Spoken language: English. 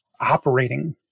operating